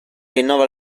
rinnova